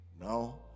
No